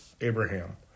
Abraham